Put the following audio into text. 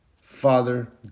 Father